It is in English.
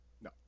No